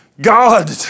God